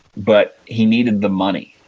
but he needed the money.